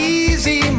easy